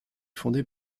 fondé